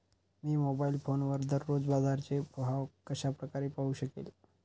मी mobile फोनवर दररोजचे बाजाराचे भाव कशा प्रकारे पाहू शकेल?